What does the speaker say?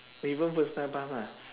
when you go first time pass lah